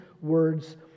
words